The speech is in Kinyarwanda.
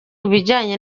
ibijyanye